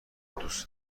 دوست